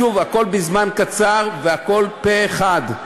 שוב, הכול בזמן קצר והכול פה-אחד.